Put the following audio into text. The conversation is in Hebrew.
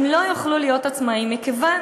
הם לא יוכלו להיות עצמאיים אפילו